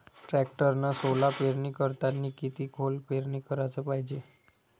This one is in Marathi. टॅक्टरनं सोला पेरनी करतांनी किती खोल पेरनी कराच पायजे?